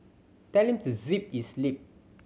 tell him to zip his lip